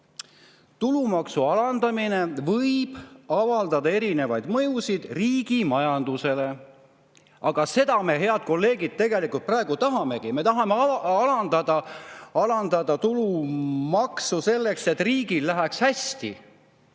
Tulumaksu alandamine võib avaldada erinevaid mõjusid riigi majandusele, aga seda me, head kolleegid, tegelikult praegu tahamegi, me tahame alandada tulumaksu selleks, et riigil läheks hästi.